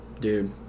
Dude